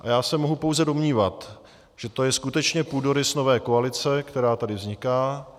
Já se mohu pouze domnívat, že to je skutečně půdorys nové koalice, která tady vzniká.